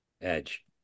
edge